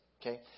okay